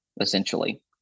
essentially